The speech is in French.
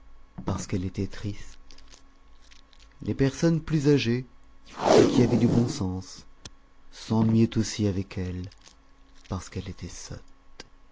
parce qu'elle était triste les personnes plus âgées et qui avaient du bon sens s'ennuyaient aussi avec elle parce qu'elle était